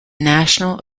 national